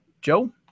joe